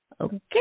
okay